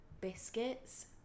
biscuits